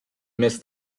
miss